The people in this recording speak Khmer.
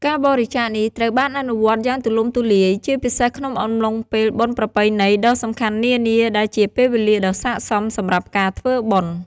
ការបរិច្ចាគនេះត្រូវបានអនុវត្តយ៉ាងទូលំទូលាយ ជាពិសេសក្នុងអំឡុងពេលបុណ្យប្រពៃណីដ៏សំខាន់នានា ដែលជាពេលវេលាដ៏ស័ក្តិសិទ្ធិសម្រាប់ការធ្វើបុណ្យ។